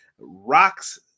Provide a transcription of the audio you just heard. rocks